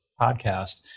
podcast